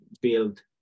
build